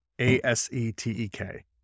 A-S-E-T-E-K